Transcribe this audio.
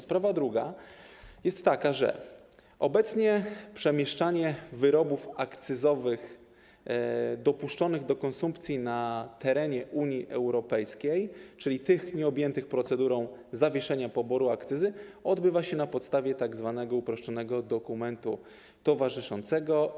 Sprawa druga jest taka, że obecnie przemieszczanie wyrobów akcyzowych dopuszczonych do konsumpcji na terenie Unii Europejskiej, czyli tych nieobjętych procedurą zawieszenia poboru akcyzy, odbywa się na podstawie tzw. uproszczonego dokumentu towarzyszącego.